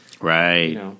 Right